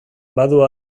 badu